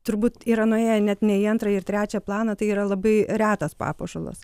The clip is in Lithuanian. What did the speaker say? turbūt yra nuėję net ne į antrą ir trečią planą tai yra labai retas papuošalas